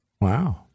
Wow